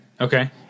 Okay